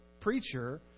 preacher